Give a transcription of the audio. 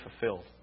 fulfilled